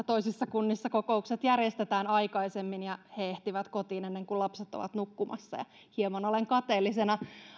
toisissa kunnissa kokoukset järjestetään aikaisemmin ja he ehtivät kotiin ennen kuin lapset ovat nukkumassa hieman olen kateellisena